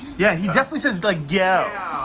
yeah, he definitely says like yeah